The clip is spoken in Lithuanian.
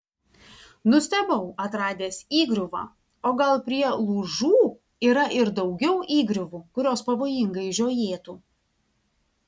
nustebau atradęs įgriuvą o gal prie lūžų yra ir daugiau įgriuvų kurios pavojingai žiojėtų